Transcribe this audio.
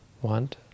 Want